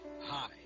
Hi